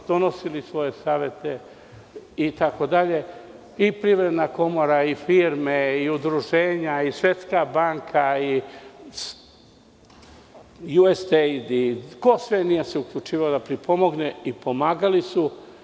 Donosili su svoje savete itd. i Privredna komora i firme i udruženja i Svetska banka i USAID i ko se sve nije uključivao da pripomogne i pomagali su.